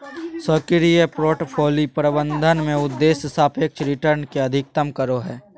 सक्रिय पोर्टफोलि प्रबंधन में उद्देश्य सापेक्ष रिटर्न के अधिकतम करो हइ